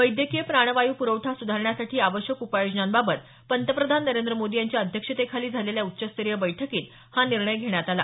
वैद्यकीय प्राणवायू पुरवठा सुधारण्यासाठी आवश्यक उपाययोजनाबाबत पंतप्रधान नरेंद्र मोदी यांच्या अध्यक्षतेखाली झालेल्या उच्चस्तरीय बैठकीत हा निर्णय घेण्यात आला